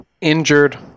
injured